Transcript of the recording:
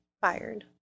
fired